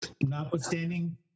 Notwithstanding